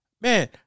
man